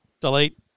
delete